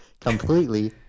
completely